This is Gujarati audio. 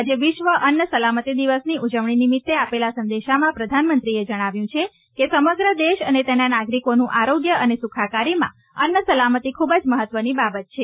આજે વિશ્વ અન્ન સલામતી દિવસની ઉજવણી નિમિત્તે આપેલા સંદેશામાં પ્રધાનમંત્રીએ જણાવ્યું છે કે સમગ્ર દેશ અને તેના નાગરિકોનું આરોગ્ય અને સુખાકારીમાં અન્ન સલામતી ખૂબ જ મહત્વની બાબત છે